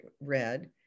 read